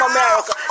America